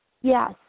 Yes